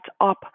up